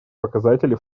показатели